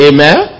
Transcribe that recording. Amen